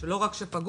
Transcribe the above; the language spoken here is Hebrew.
שלא רק שפגעו,